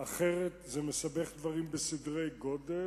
אחרת זה מסבך דברים בסדרי-גודל,